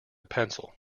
pencil